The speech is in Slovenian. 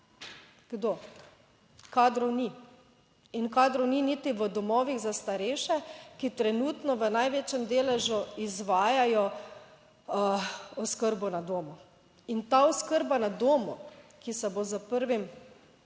kdo? Kadrov ni in kadrov ni niti v domovih za starejše, ki trenutno v največjem deležu izvajajo oskrbo na domu in ta oskrba na domu, ki se bo s 1.